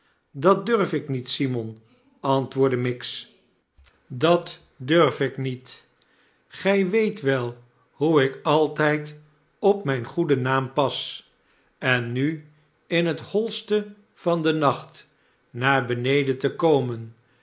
dat durf ik niet simon antwoordde miggs datdurf ik niet gij weet wel hoe ik altijd op mijn goeden naam pas en nu in het holste van den nacht naar beneden te komen